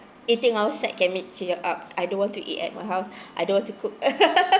eating outside can make cheer up I don't want to eat at my house I don't want to cook